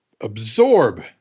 absorb